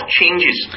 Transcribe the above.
changes